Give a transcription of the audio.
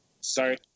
sorry